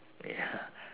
ya